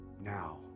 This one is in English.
Now